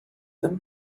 them